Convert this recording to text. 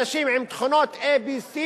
אנשים עם תכונות a, b,